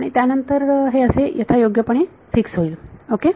तर त्यानंतर हे असे यथायोग्यपणे फिक्स होईल ओके